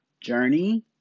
journey